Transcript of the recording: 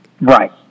Right